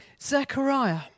Zechariah